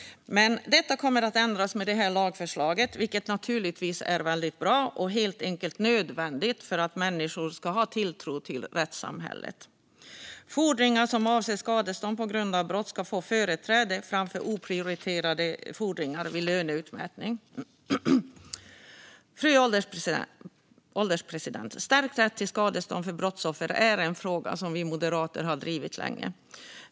Detta kommer att ändras med det här lagförslaget, vilket naturligtvis är väldigt bra och helt enkelt nödvändigt för att människor ska ha tilltro till rättssamhället. Fordringar som avser skadestånd på grund av brott ska få företräde framför oprioriterade fordringar vid löneutmätning. Fru ålderspresident! Stärkt rätt till skadestånd för brottsoffer är en fråga som vi moderater drivit länge.